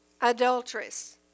adulteress